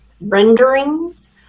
renderings